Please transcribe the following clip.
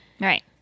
Right